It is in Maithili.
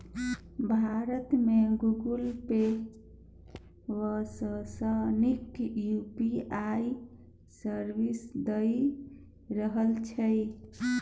भारत मे गुगल पे सबसँ नीक यु.पी.आइ सर्विस दए रहल छै